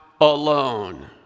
alone